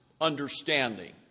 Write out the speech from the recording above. understanding